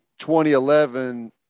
2011